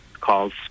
calls